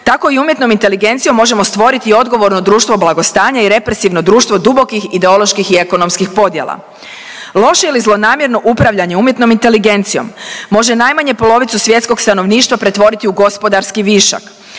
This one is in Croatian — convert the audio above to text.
tako i umjetnom inteligencijom možemo stvoriti odgovorno društvo blagostanja i represivno društvo dubokih ideoloških i ekonomskih podjela. Loše ili zlonamjerno upravljanje umjetnom inteligencijom može najmanje polovicu svjetskog stanovništva pretvoriti u gospodarski višak,